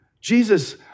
Jesus